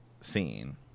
scene